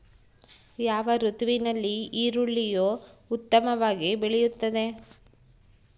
ಯಾವ ಋತುವಿನಲ್ಲಿ ಈರುಳ್ಳಿಯು ಉತ್ತಮವಾಗಿ ಬೆಳೆಯುತ್ತದೆ?